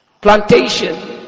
Plantation